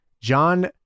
John